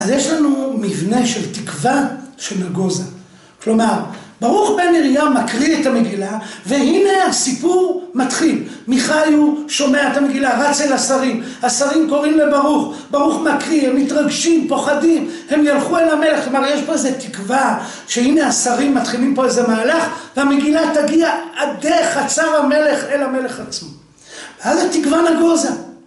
‫אז יש לנו מבנה של תקווה שנגוזה. ‫כלומר, ברוך בן-נריה ‫מקריא את המגילה, ‫והנה הסיפור מתחיל. ‫מיכאי הוא שומע את המגילה, ‫רץ אל השרים, ‫השרים קוראים לברוך, ‫ברוך מקריא, הם מתרגשים, פוחדים, ‫הם ילכו אל המלך, ‫כלומר, יש פה איזו תקווה ‫שהנה השרים מתחילים פה איזה מהלך, ‫והמגילה תגיע עדיך, ‫עד חצר המלך, אל המלך עצמו. ‫ואז תקווה נגוזה.